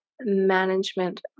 Management